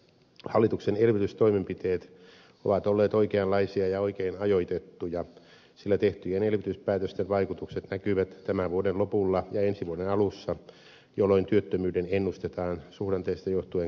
hallituksen elvytystoimenpiteet ovat olleet oikeanlaisia ja oikein ajoitettuja sillä tehtyjen elvytyspäätösten vaikutukset näkyvät tämän vuoden lopulla ja ensi vuoden alussa jolloin työttömyyden ennustetaan suhdanteista johtuen kasvavan